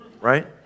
right